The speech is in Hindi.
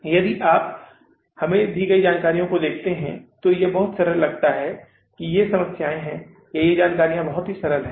यदि आप हमें दी गई इस जानकारी को देखते हैं तो यह बहुत सरल लगता है कि ये समस्याएँ हैं या यह जानकारी बहुत सरल है